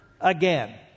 again